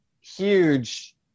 huge